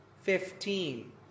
fifteen